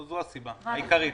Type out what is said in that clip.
זו הסיבה העיקרית.